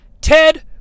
Ted